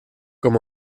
com